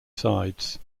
sides